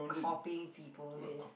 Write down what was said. copying people list